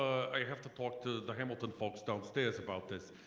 i have to talk to the hamilton folks downstairs about this.